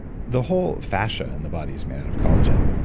the whole fascia in the body is made out of collagen.